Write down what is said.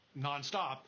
nonstop